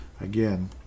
again